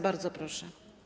Bardzo proszę.